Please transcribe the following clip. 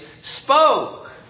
spoke